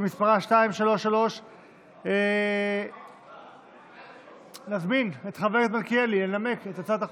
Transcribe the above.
שמספרה 233. נזמין את חבר הכנסת מלכיאלי לנמק את הצעת החוק.